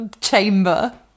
chamber